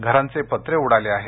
घरांचे पत्रे उडाले आहेत